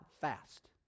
fast